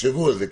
תחשבו על זה.